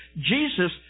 Jesus